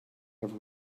have